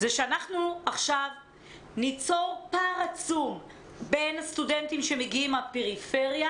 שעכשיו ניצור פער עצום בין הסטודנטים שמגיעים מהפריפריה,